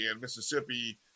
Mississippi